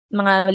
mga